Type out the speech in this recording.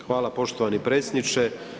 Hvala poštovani predsjedniče.